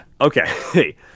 Okay